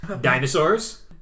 dinosaurs